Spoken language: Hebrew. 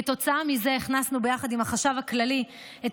כתוצאה מזה הכנסנו יחד עם החשב הכללי את